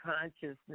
consciousness